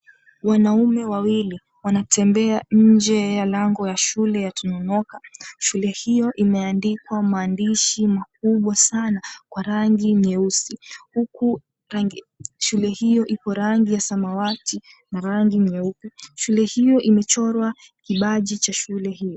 Wanaume wawili wanatembea nje ya lango ya shule ya Tononoka. Shule hio imeandikwa maandishi makubwa sana kwa rangi nyeusi huku shule hiyo iko rangi ya samawati na rangi nyeupe. Shule hiyo imechorwa kibaji cha shule hiyo.